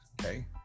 okay